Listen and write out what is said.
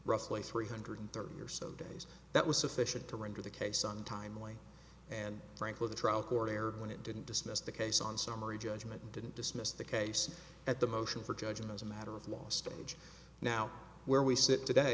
roughly three hundred thirty or so days that was sufficient to render the case on timely and frankly the trial court erred when it didn't dismiss the case on summary judgment and didn't dismiss the case at the motion for judgment as a matter of law stage now where we sit today